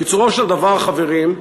קיצורו של דבר, חברים,